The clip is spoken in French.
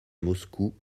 moscou